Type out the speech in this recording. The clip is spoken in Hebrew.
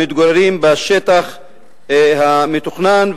המתגוררים בשטח המתוכנן,